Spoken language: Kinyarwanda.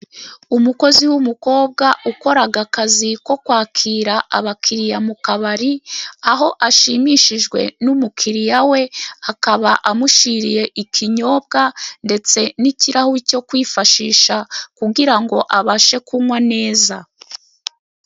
Umukozi w'umukobwa ukora akazi ko kwakira abakiriya mu kabari, aho ashimishijwe n'umukiriya we, akaba amushyiriye ikinyobwa ndetse n'kirahuri cyo kwifashisha, kugira ngo abashe kunywa neza.